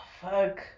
fuck